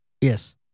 yes